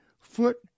foot